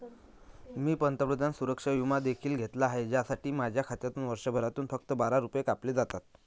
मी पंतप्रधान सुरक्षा विमा देखील घेतला आहे, ज्यासाठी माझ्या खात्यातून वर्षभरात फक्त बारा रुपये कापले जातात